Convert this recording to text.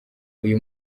uyu